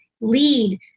lead